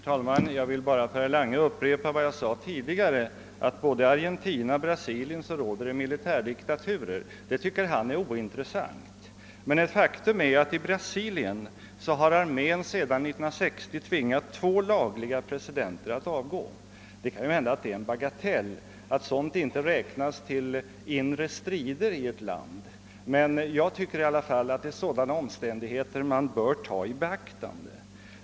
Herr talman! Jag vill bara upprepa för herr Lange vad jag sade tidigare, att i både Argentina och Brasilien råder militärdiktaturer. Det tycker han är ointressant. Ett faktum är emellertid att armén i Brasilien sedan 1960 har tvingat två lagliga presidenter att avgå. Det kanske han anser vara en bagatell, det kanske inte räknas som inre strider i ett land, men jag tycker att det är sådana omständigheter man bör ta i beaktande.